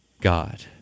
God